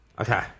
okay